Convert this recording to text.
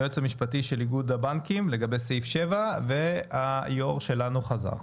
היועץ המשפטי של איגוד הבנקים לגבי סעיף 7 ויושב הראש שלנו חזר.